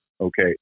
Okay